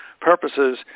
purposes